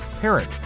parent